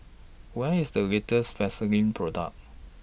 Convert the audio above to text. What IS The latest Vaselin Product